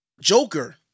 Joker